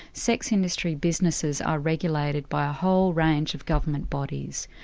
sex industry businesses are regulated by a whole range of government bodies.